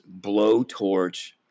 blowtorch